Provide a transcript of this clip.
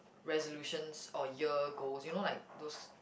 resolutions or year goals you know like those